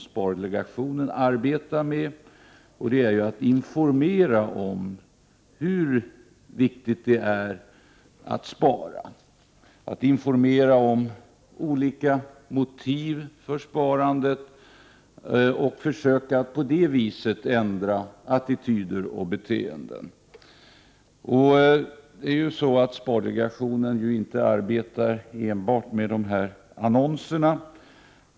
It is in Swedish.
Spardelegationens arbete går ut på att informera om hur viktigt det är att spara och om olika motiv för sparandet. Delegationen skall på det viset försöka ändra attityder och beteenden. Spardelegationen arbetar inte enbart med annonser.